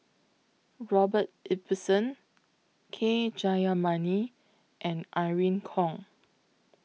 Robert Ibbetson K Jayamani and Irene Khong